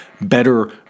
better